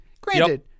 granted